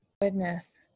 Goodness